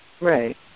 Right